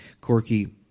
corky